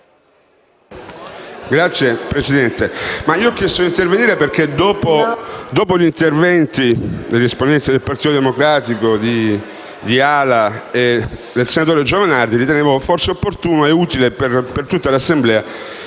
Signora Presidente, ho chiesto di intervenire perché dopo gli interventi degli esponenti del Partito Democratico, di A-LA e del senatore Giovanardi, ritenevo opportuno, e utile per tutta l'Assemblea,